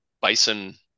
bison